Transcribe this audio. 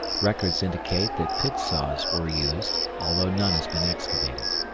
records indicate that pit saws were used, although none has been excavated.